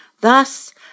Thus